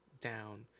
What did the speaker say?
down